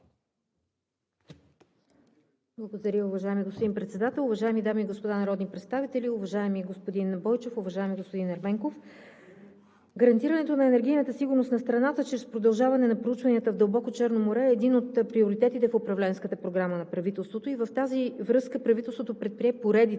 Благодаря. Уважаеми господин Председател, уважаеми дами и господа народни представители, уважаеми господин Бойчев, уважаеми господин Ерменков! Гарантирането на енергийната сигурност на страната чрез продължаване на проучванията в дълбоко Черно море е един от приоритетите в Управленската програма на правителството. В тази връзка правителството предприе поредица